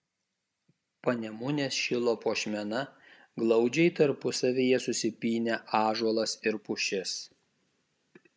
panemunės šilo puošmena glaudžiai tarpusavyje susipynę ąžuolas ir pušis